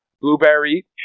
blueberry